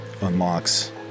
unlocks